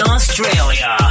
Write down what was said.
Australia